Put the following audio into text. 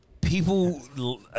People